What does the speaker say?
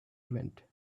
event